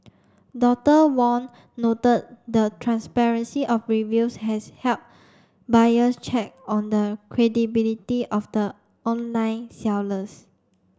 Doctor Wong noted the transparency of reviews has helped buyers check on the credibility of the online sellers